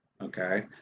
okay